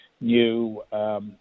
new